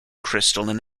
crystal